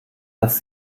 dass